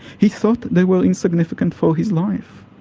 he thought they were insignificant for his life.